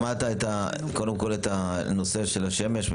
שמעת את נושא השמש.